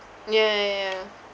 ya ya ya